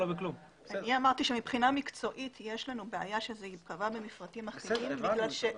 אני אמרתי שמבחינה מקצועית יש לנו בעיה שזה ייקבע במפרטים אחידים כי אחר